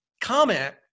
comment